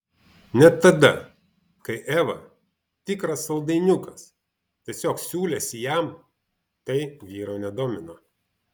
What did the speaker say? net tada kai eva tikras saldainiukas tiesiog siūlėsi jam tai vyro nedomino